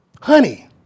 honey